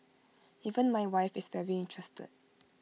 even my wife is very interested